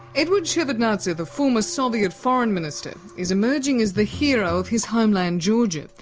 eduard shevardnadze, the former soviet foreign minister, is emerging as the hero of his homeland, georgia.